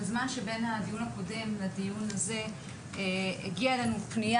בזמן בין הדיונים הגיעה אלינו פניה